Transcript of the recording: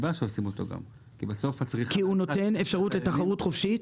כי הוא נותן אפשרות לתחרות חופשית.